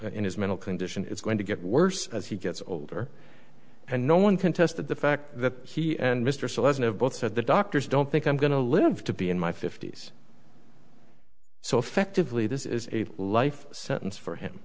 in his mental condition it's going to get worse as he gets older and no one contested the fact that he and mr selection have both said the doctors don't think i'm going to live to be in my fifty's so effectively this is a life sentence for him